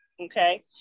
Okay